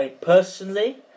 Personally